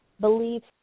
beliefs